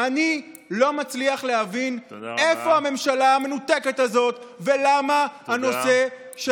אני לא מצליח להבין איפה הממשלה מנותקת הזאת ולמה הנושא של